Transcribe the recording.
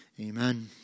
Amen